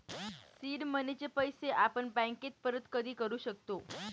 seed मनीचे पैसे आपण बँकेस परत कधी करू शकतो